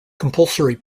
compulsory